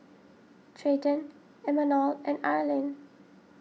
Treyton Imanol and Arlyn